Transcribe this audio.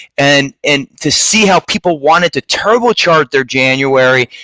and and to see how people wanted to turbo charge their january,